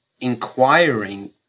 inquiring